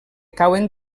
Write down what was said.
cauen